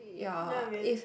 ya if